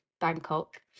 bangkok